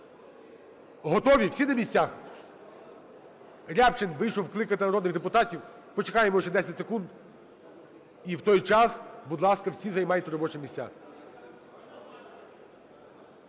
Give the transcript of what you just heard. готові, всі на місцях? Рябчин вийшов кликати народних депутатів, почекаємо ще 10 секунди, і в той час, будь ласка, всі займайте робочі міста.